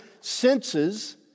senses